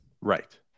Right